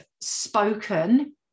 spoken